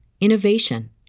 innovation